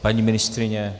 Paní ministryně?